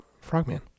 Frogman